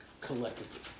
collectively